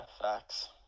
facts